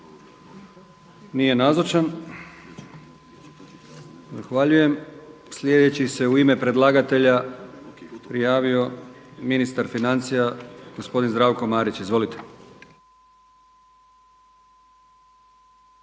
Nije nazočan. Zahvaljujem. Sljedeći se u ime predlagatelja prijavio ministar financija gospodin Zdravko Marić. Izvolite.